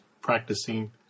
practicing